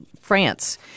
France